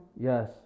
Yes